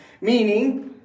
meaning